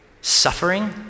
suffering